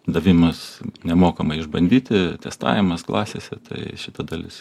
davimas nemokamai išbandyti testavimas klasėse tai šita dalis